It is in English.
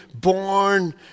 born